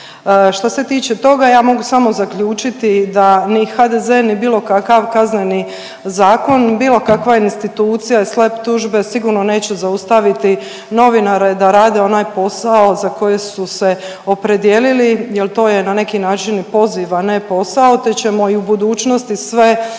Što se tiče toga ja mogu samo zaključiti da ni HDZ, ni bilo kakav Kazneni zakon, bilo kakva institucija i SLAP tužbe sigurno neće zaustaviti novinare da rade onaj posao za koji su se opredijelili jer to je na neki način poziv, a ne posao, te ćemo i u budućnosti sve one